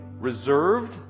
reserved